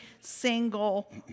single